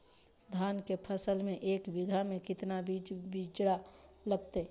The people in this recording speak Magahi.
धान के फसल में एक बीघा में कितना बीज के बिचड़ा लगतय?